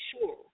sure